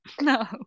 no